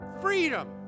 freedom